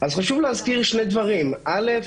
אז חשוב להזכיר שני דברים: א.